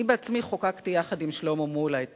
אני בעצמי חוקקתי יחד עם שלמה מולה את